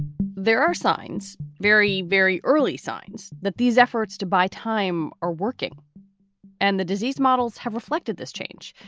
there are signs, very, very early signs that these efforts to buy time are working and the disease models have reflected this change,